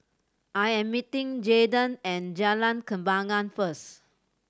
I am meeting Jaiden at Jalan Kembangan first